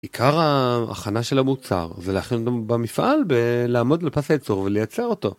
עיקר ההכנה של המוצר זה להכין במפעל בלעמוד בפס הייצור ולייצר אותו.